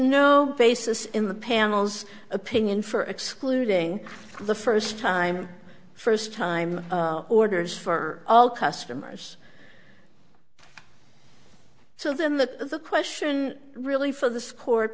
no basis in the panel's opinion for excluding the first time first time orders for all customers so then the question really for the scor